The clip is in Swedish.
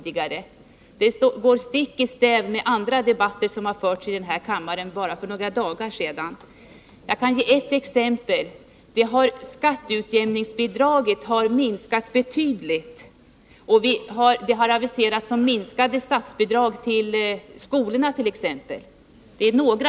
Det går stick i stäv mot vad som sagts i den här kammaren bara för några dagar sedan. Jag kan ge några exempel, nämligen att skatteutjämningsbidraget har minskat betydligt och att det har aviserats minskade statsbidrag till skolorna.